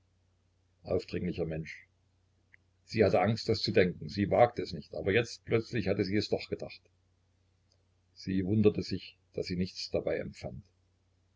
aufdringlicher mensch sie hatte angst das zu denken sie wagte es nicht aber jetzt plötzlich hatte sie es doch gedacht sie wunderte sich daß sie nichts dabei empfand